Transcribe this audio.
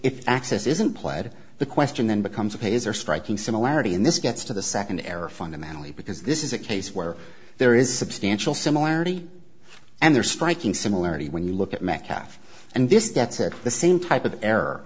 if access isn't played the question then becomes peyser striking similarity in this gets to the second error fundamentally because this is a case where there is substantial similarity and they're striking similarity when you look at metcalf and this debts are the same type of error